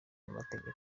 n’amategeko